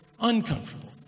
uncomfortable